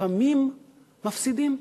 לפעמים מפסידים.